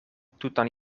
tutan